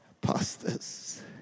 pastors